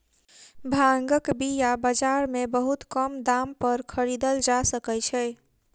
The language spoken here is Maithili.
भांगक बीया बाजार में बहुत कम दाम पर खरीदल जा सकै छै